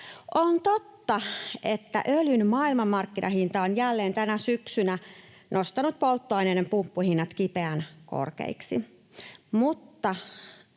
On totta, että öljyn maailmanmarkkinahinta on jälleen tänä syksynä nostanut polttoaineiden pumppuhinnat kipeän korkeiksi,